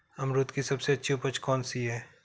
अमरूद की सबसे अच्छी उपज कौन सी है?